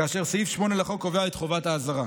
וסעיף 8 לחוק קובע את חובת האזהרה.